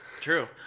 true